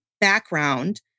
background